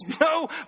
no